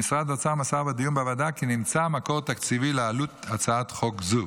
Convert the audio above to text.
ומשרד האוצר מסר בדיון בוועדה כי נמצא מקור תקציבי לעלות הצעת חוק זו.